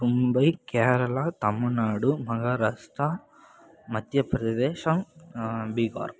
Mumbai Kerala Tamil Nadu Maharashtra Madhya Pradesh Bihar